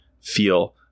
feel